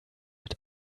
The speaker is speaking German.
mit